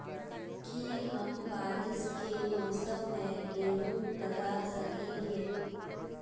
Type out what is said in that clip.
की हम बारिश के मौसम में गेंहू लगा सके हिए?